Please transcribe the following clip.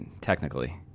technically